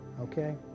Okay